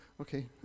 Okay